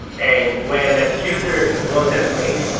and when that user loads that link,